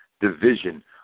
Division